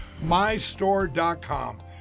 mystore.com